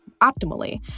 optimally